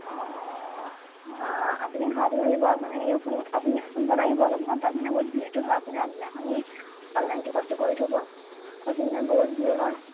অঁ অঁ অঁ আপুনি ঘাট হৈ আহিব আপুনি আপুনি সোনকালে আহিব অলপমান তাত মানে বহুত ভিৰতো হয় আপুনি আগদিনাখনি অনলাইন টিকটো কৰি থ'ব আৰু সেইদিনা বহুত ভিৰ হয়